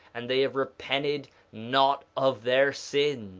and they have repented not of their sins